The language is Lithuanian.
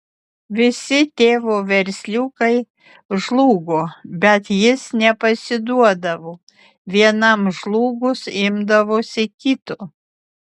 visi tėvo versliukai žlugo bet jis nepasiduodavo vienam žlugus imdavosi kito